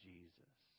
Jesus